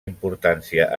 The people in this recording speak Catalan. importància